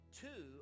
two